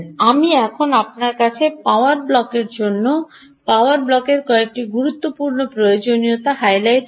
আমি এখন আপনার কাছে পাওয়ার ব্লকের জন্য পাওয়ার ব্লকের কয়েকটি গুরুত্বপূর্ণ প্রয়োজনীয়তা হাইলাইট করি